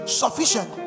sufficient